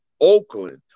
Oakland